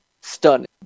stunning